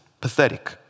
pathetic